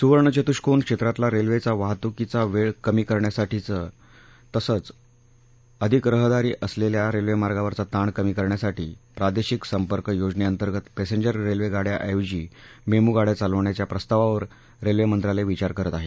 सुवर्ण चतुष्कोन क्षेत्रातला रेल्वेचा वाहतुकीचा वेळ कमी करण्यासाठी तसंच अधिक रहदारी असलेल्या रेल्वेमार्गावरचा ताण कमी करण्यासाठी प्रादेशिक संपर्क योजनेअंतर्गत पॅसेंजर रेल्वेगाड्या ऐवजी मेमू गाड्या चालवण्याचा प्रस्तावावर रेल्वे मंत्रालय विचार करत आहे